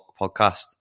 podcast